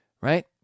Right